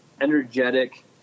energetic